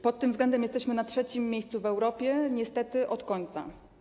Pod tym względem jesteśmy na trzecim miejscu w Europie, niestety od końca.